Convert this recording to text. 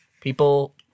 People